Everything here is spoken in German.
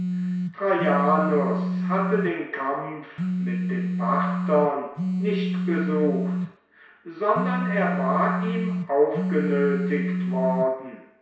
traianus hatte den krieg mit den parthern nicht gesucht sondern er war ihm aufgenötigt worden